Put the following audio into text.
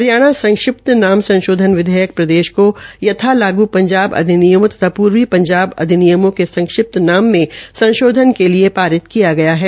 हरियाणा संक्षिप्त् नाम संशोधन विधेयक प्रदेश को यथा लागू पंजाब अधिनियमों तथा पर्वी पंजाब अधिनियमों के संक्षिप्त नाम से संशोधन के लिए परित किया गया है